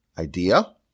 idea